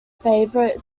favourite